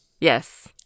Yes